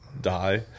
die